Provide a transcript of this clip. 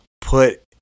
put